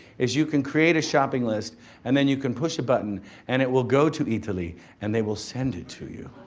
is you can create a shopping list and then you can push a button and it will go to eataly and they will send it to you.